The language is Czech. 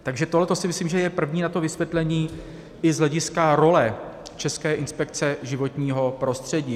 Takže to si myslím, že je první na to vysvětlení i z hlediska role České inspekce životního prostředí.